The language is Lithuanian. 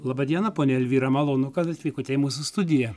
laba diena ponia elvyra malonu kad atvykote į mūsų studiją